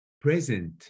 present